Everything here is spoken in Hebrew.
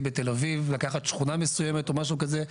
בתל אביב לקחת שכונה מסוימת או משהו כזה,